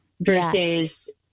versus